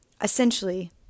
Essentially